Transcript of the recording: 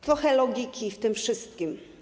Trochę logiki w tym wszystkim.